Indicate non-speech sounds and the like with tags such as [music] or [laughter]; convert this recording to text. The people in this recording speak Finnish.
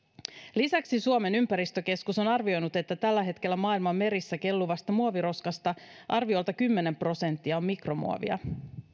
lisäksi suomen ympäristökeskus on arvioinut että tällä hetkellä maailman merissä kelluvasta muoviroskasta arviolta kymmenen prosenttia on mikromuovia [unintelligible]